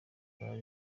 bwari